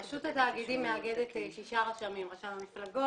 רשות התאגידים מאגדת רשמים כמו רשם המפלגות,